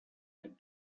had